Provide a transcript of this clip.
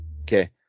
okay